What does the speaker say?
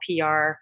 PR